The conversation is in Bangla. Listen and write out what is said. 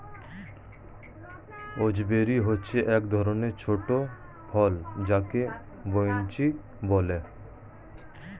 গুজবেরি হচ্ছে এক ধরণের ছোট ফল যাকে বৈঁচি বলে